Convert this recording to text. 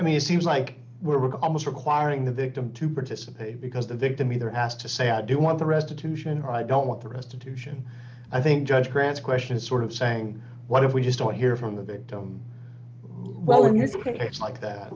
i mean it seems like we're almost requiring the victim to participate because the victim either asked to say i do want to restitution or i don't want to restitution i think judge grants question sort of saying what if we just don't hear from the victim well in his case like that